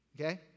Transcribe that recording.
okay